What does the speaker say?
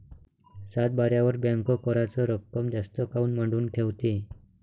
सातबाऱ्यावर बँक कराच रक्कम जास्त काऊन मांडून ठेवते?